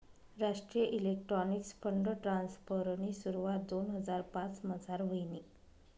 राष्ट्रीय electronics fund ट्रान्स्फरनी सुरवात दोन हजार पाचमझार व्हयनी